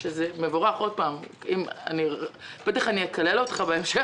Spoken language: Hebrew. זה מבורך אני בטח אקלל אותך בהמשך